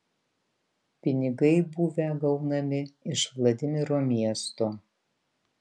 pinigai buvę gaunami iš vladimiro miesto